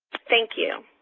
thank you.